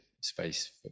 space